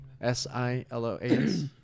S-I-L-O-A-S